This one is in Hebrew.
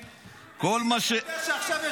הגם אתה, ברוטוס?